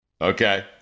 Okay